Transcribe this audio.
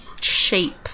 shape